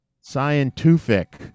Scientific